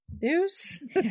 news